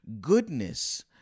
goodness